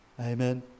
amen